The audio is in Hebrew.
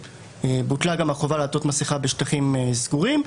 כשבוטלה גם החובה לעטות מסכה בשטחים פתוחים,